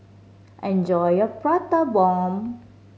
enjoy your Prata Bomb